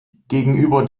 gegenüber